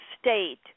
state